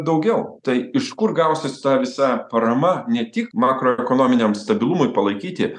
daugiau tai iš kur gausis ta visa parama ne tik makroekonominiam stabilumui palaikyti